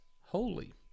holy